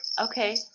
Okay